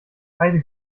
heide